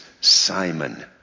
Simon